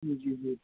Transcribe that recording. جی جی جی